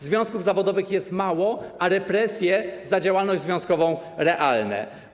Związków zawodowych jest mało, a represje za działalność zawodową są realne.